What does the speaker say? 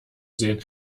sehen